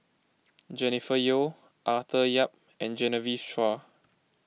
Jennifer Yeo Arthur Yap and Genevieve Chua